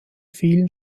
vielen